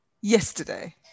yesterday